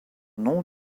nom